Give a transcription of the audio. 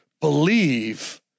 believe